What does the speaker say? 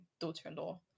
daughter-in-law